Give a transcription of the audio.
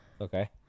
Okay